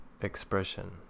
Expression